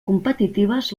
competitives